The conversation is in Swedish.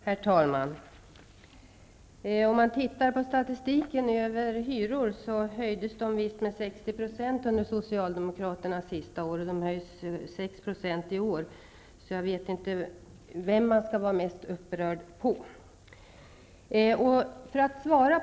Herr talman! När man ser på statistiken över hyror, finner man att hyrorna visst höjdes med 60 % under Så jag vet inte vem man skall vara mest upprörd över.